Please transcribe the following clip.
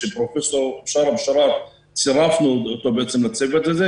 שפרופ' בשארה באשראת צירפונו אותו לצוות הזה,